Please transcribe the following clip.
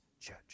church